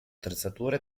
attrezzature